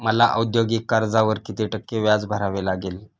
मला औद्योगिक कर्जावर किती टक्के व्याज भरावे लागेल?